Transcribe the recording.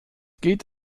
geht